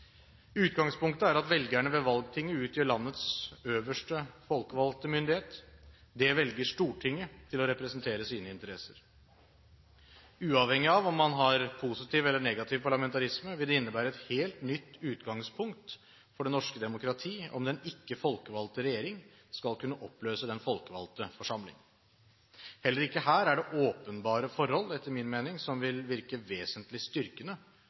Utgangspunktet er at velgerne ved valgtinget utgjør landets øverste folkevalgte myndighet. Det velger Stortinget til å representere sine interesser. Uavhengig av om man har positiv eller negativ parlamentarisme, vil det innebære et helt nytt utgangspunkt for det norske demokrati om den ikke folkevalgte regjering skal kunne oppløse den folkevalgte forsamling. Heller ikke her er det åpenbare forhold, etter min mening, som vil virke vesentlig styrkende